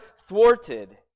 thwarted